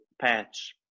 patch